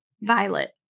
violet